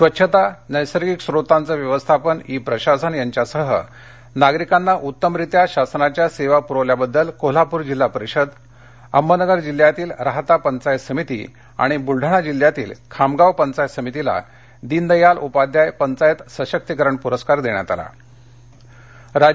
स्वच्छतानैसर्गिक स्त्रोतांचे व्यवस्थापन ई प्रशासन यांच्यासह नागरिकांना उत्तमरित्या शासनाच्या सेवा पूरविल्याबद्दल कोल्हापूर जिल्हा परिषद अहमदनगर जिल्ह्यातील राहाता पंचायत समिती आणि बुलढाणा जिल्ह्यातील खामगाव पंचायत समितीला दिनदयाल उपाध्याय पंचायत सशक्तीकरण पुरस्काराने गौरविण्यात आले